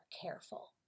careful